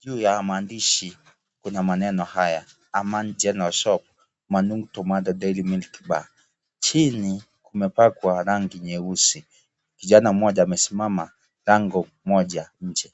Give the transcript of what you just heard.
juu ya maandishi kuna maneno haya Amani General Shop Mang'u Tomato Dairy Milk Bar chini kumepakwa rangi cheusi kijana mmoja amesimama lango moja nje .